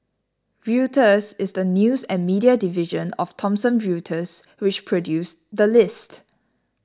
Reuters is the news and media division of Thomson Reuters which produced the list